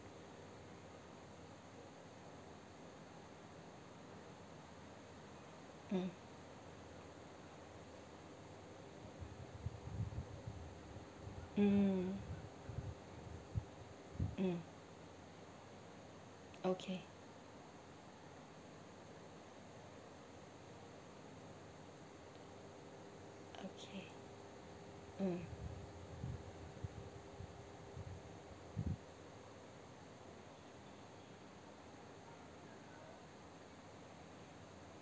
mm mm mm okay okay mm